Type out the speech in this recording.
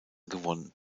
gewonnen